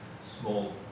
small